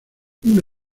una